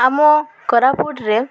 ଆମ କୋରାପୁଟରେ